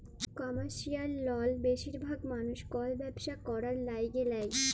commercial লল বেশিরভাগ মালুস কল ব্যবসা ক্যরার ল্যাগে লেই